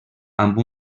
amb